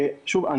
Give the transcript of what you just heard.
שוב,